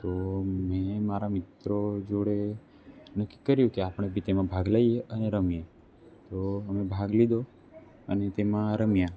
તો મેં મારા મિત્રો જોડે નક્કી કર્યું કે આપણે બી તેમ ભાગ લઈએ અને રમીએ તો અમે ભાગ લીધો અને તેમાં રમ્યા